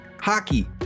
hockey